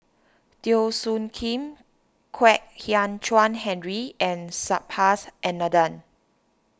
Teo Soon Kim Kwek Hian Chuan Henry and Subhas Anandan